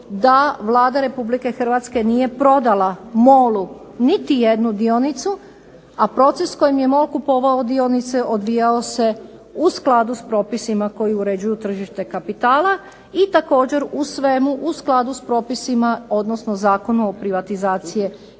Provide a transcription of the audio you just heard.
da Vlada Republike Hrvatske nije prodala MOL-u niti jednu dionicu, a proces kojim je MOL kupovao dionice odvijao se u skladu s propisima koji uređuju tržište kapitala i također u svemu u skladu s propisima, odnosno Zakonu o privatizaciji INA-e